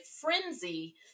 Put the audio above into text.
frenzy